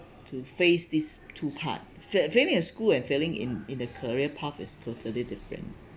to face this two part fail failing in school and failing in in the career path is totally different